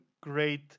great